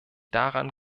daran